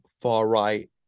far-right